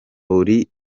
buriya